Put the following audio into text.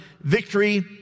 victory